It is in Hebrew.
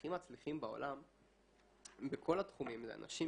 הכי מצליחים בעולם בכל התחומים זה אנשים